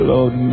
Lord